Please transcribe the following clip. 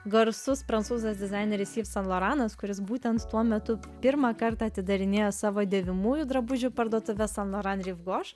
garsus prancūzas dizaineris yv san loranas kuris būtent tuo metu pirmą kartą atidarinėjo savo dėvimųjų drabužių parduotuves san loran rivgoš